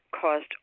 caused